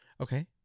Okay